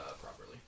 properly